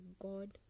God